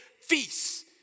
feasts